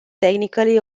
technically